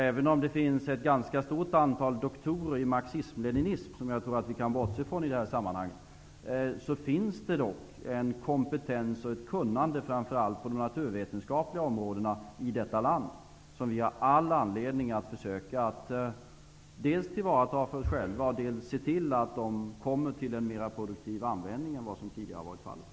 Även om det finns ett ganska stort antal doktorer i marxism-leninism, som jag tror att vi i det här sammanhanget kan bortse ifrån, finns det i detta land en kompetens och ett kunnande, framför allt på de naturvetenskapliga områdena, som vi har all anledning att försöka tillvarata för egen del, och vi har all anledning att se till att de kommer till en mera produktiv användning än vad som tidigare har varit fallet.